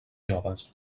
joves